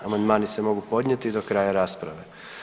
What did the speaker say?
Amandmani se mogu podnijeti do kraja rasprave.